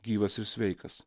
gyvas ir sveikas